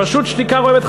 פשוט שתיקה רועמת.